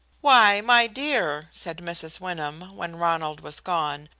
why, my dear, said mrs. wyndham, when ronald was gone,